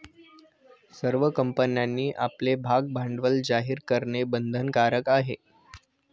सर्व कंपन्यांनी आपले भागभांडवल जाहीर करणे बंधनकारक आहे